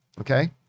okay